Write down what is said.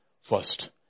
First